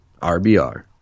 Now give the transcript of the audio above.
RBR